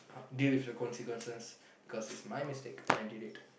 deal with the consequences because it's my mistake and I did it